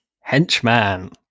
Henchman